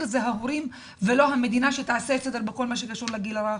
ואלה ההורים ולא המדינה שתעשה סדר בכל מה שקשור לגיל הרך.